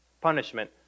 punishment